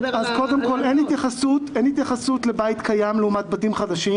אין התייחסות לבית קיים לעומת בתים חדשים.